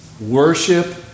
Worship